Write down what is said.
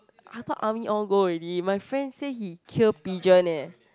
I thought army all go already my friend say he kill pigeon eh